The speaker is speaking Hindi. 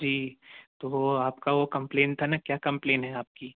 जी तो वो आपका वो कम्प्लेन था न क्या कम्प्लेन है आपकी